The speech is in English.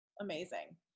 Amazing